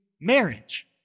marriage